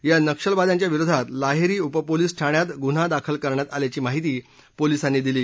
या नक्षलवाद्यांच्या विरोधात लाहेरी उपपोलिस ठाण्यात गुन्हा दाखल करण्यात आल्याची माहिती पोलिसांनी दिली